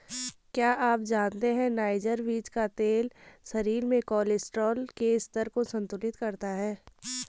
क्या आप जानते है नाइजर बीज का तेल शरीर में कोलेस्ट्रॉल के स्तर को संतुलित करता है?